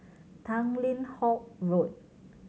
Tanglin Halt Road